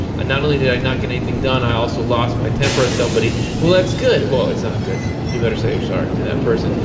ah not only did i not get anything done, i also lost my temper at somebody. well that's good! well, it's not good. you better say you're sorry to that person.